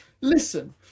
listen